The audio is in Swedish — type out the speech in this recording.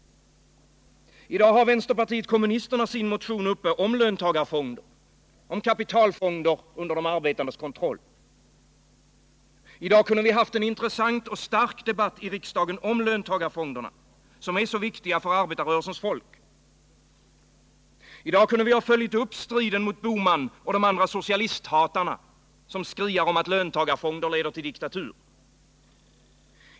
I dag har vänsterpartiet kommunisterna sin motion uppe om löntagarfonder, om kapitalfonder under de arbetandes kontroll. I dag kunde vi haft en intressant och stark debatt i riksdagen om löntagarfonder, som är så viktiga för arbetarrörelsens folk. I dag kunde vi ha följt upp striden mot Gösta Bohman och de andra socialisthatarna som skriar om att löntagarfonder leder till diktatur.